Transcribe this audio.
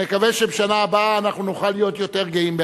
נקווה שבשנה הבאה נוכל להיות יותר גאים בעצמנו.